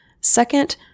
Second